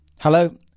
Hello